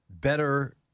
better